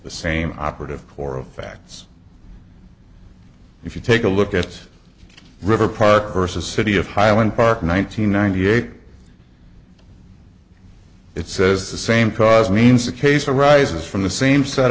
the same operative core of facts if you take a look at river park versus city of highland park one nine hundred ninety eight it says the same cause means the case arises from the same set